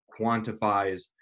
quantifies